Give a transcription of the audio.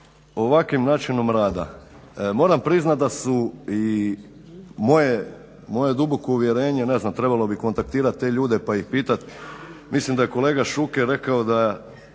ovakvim načinom radom moram priznat da su i moje duboko uvjerenje, ne znam trebalo bi kontaktirat te ljude pa ih pitat. Mislim da je kolega Šuker, da